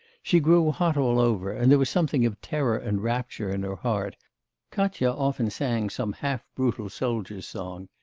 she grew hot all over, and there was something of terror and rapture in her heart katya often sang some half-brutal soldier's song.